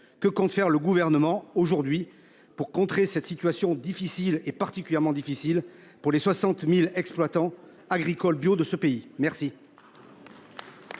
Que compte faire le gouvernement aujourd'hui pour contrer cette situation difficile est particulièrement difficile pour les 60.000 exploitants agricoles bio de ce pays merci.